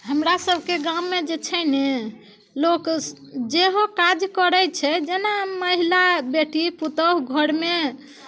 हमरासभके गाममे जे छै ने लोक जेहो काज करै छै जेना महिला बेटी पुतहु घरमे